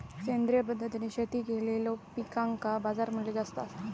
सेंद्रिय पद्धतीने शेती केलेलो पिकांका बाजारमूल्य जास्त आसा